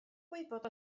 gwybod